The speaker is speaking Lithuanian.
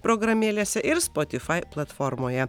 programėlėse ir spotifai platformoje